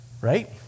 Right